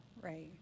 Right